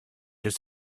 just